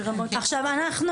עכשיו,